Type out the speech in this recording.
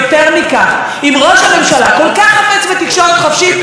כי באמת יכול להיות שאז גם אתה תיהנה מתקשורת מפרגנת.